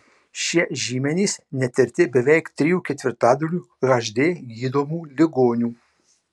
šie žymenys netirti beveik trijų ketvirtadalių hd gydomų ligonių